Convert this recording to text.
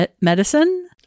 medicine